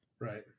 Right